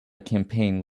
campaign